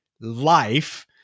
life